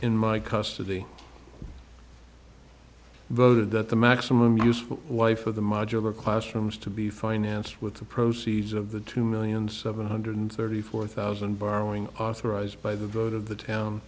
in my custody voted that the maximum useful life of the modular classrooms to be financed with the proceeds of the two million seven hundred thirty four thousand borrowing authorized by the vote of the town